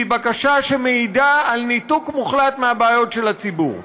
והיא בקשה שמעידה על ניתוק מוחלט מהבעיות של הציבור.